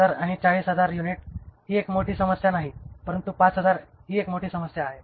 50000 आणि 40000 युनिट ही एक मोठी समस्या नाही परंतु 5000 ही एक मोठी समस्या आहे